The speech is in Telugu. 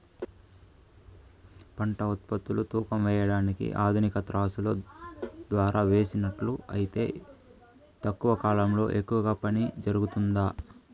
పంట ఉత్పత్తులు తూకం వేయడానికి ఆధునిక త్రాసులో ద్వారా వేసినట్లు అయితే తక్కువ కాలంలో ఎక్కువగా పని జరుగుతుందా?